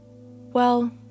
Well